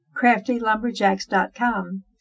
Craftylumberjacks.com